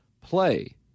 play